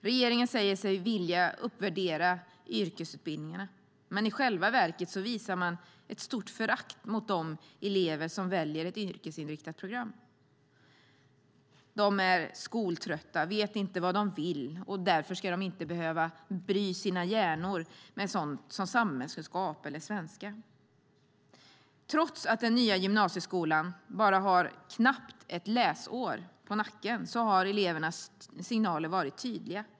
Regeringen säger sig vilja uppvärdera yrkesutbildningarna, men i själva verket visar man stort förakt för de elever som väljer ett yrkesinriktat program: De är skoltrötta, vet inte vad de vill och ska därför inte behöva bry sina hjärnor med sådant som samhällskunskap eller svenska. Trots att den nya gymnasieskolan bara har ett knappt läsår på nacken har elevernas signaler varit tydliga.